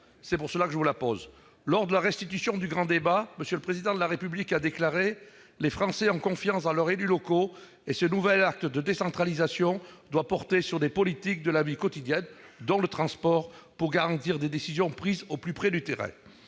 d'aménagement du territoire. Lors de la restitution du grand débat, M. le Président de la République a déclaré :« Les Français ont confiance dans leurs élus locaux et ce nouvel acte de décentralisation doit porter sur des politiques de la vie quotidienne », dont le transport, « pour garantir des décisions prises au plus près du terrain. »